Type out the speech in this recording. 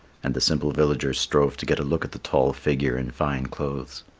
and the simple villagers strove to get a look at the tall figure in fine clothes.